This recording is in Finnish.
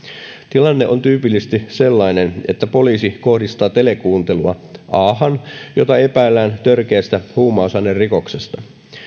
tilanne on tyypillisesti sellainen että poliisi kohdistaa telekuuntelua ahan jota epäillään törkeästä huumausainerikoksesta a myy huumausainetta blle